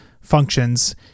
functions